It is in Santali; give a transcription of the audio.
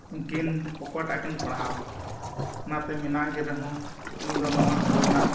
ᱩᱱᱠᱤᱱ ᱚᱠᱚᱭᱴᱟᱜ ᱠᱤᱱ ᱯᱟᱲᱦᱟᱣ ᱠᱚᱣᱟ ᱚᱱᱟᱛᱮ ᱢᱮᱱᱟᱜ ᱠᱤᱱ ᱨᱮᱦᱚᱸ ᱱᱚᱣᱟ ᱠᱚᱨᱮᱱᱟᱜ